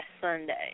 Sunday